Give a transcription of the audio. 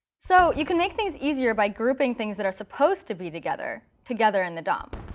so you can make things easier by grouping things that are supposed to be together together in the dom.